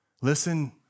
listen